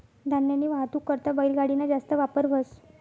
धान्यनी वाहतूक करता बैलगाडी ना जास्त वापर व्हस